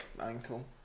Ankle